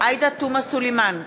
עאידה תומא סלימאן,